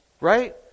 right